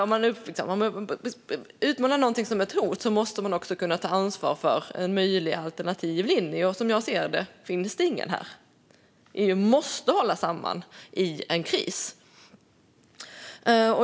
Om man utmålar något som ett hot måste man också kunna ta ansvar för en möjlig alternativ linje, och som jag ser det finns det ingen. EU måste hålla samman i en kris.